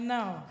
Now